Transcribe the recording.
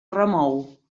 remou